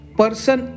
person